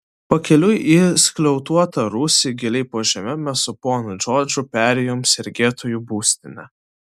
pakeliui į skliautuotą rūsį giliai po žeme mes su ponu džordžu perėjom sergėtojų būstinę